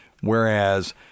Whereas